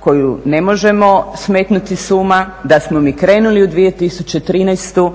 koju ne možemo smetnuti s uma da smo mi krenuli u 2013.